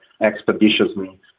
expeditiously